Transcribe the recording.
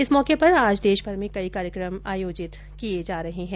इस मौके पर आज देश भर में कई कार्यक्रम आयोजित किए जा रहे हैं